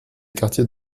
quartiers